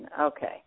Okay